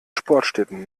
sportstätten